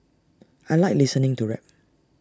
I Like listening to rap